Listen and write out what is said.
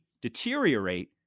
deteriorate